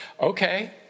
Okay